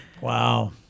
Wow